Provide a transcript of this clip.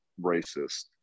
racist